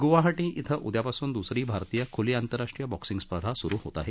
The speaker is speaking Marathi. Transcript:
गुवाहाटी इथं उदयापासून दुसरी भारतीय खुली आंतरराष्ट्रीय बॉक्सींग स्पर्धा सुरु होत आहे